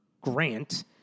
grant